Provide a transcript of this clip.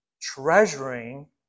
treasuring